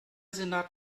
senat